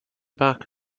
back